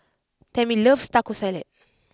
Tammy loves Taco Salad